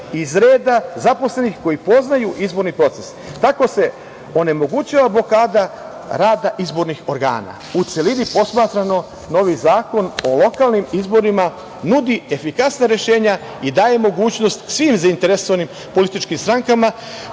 iz reda zaposlenih koji poznaju izborni proces. Tako se onemogućava blokada rada izbornih organa.U celini posmatrano, novi Zakon o lokalnim izbornima nudi efikasna rešenja i daje mogućnost svim zainteresovanim političkim strankama,